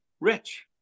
Rich